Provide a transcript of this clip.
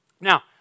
Now